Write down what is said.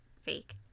fake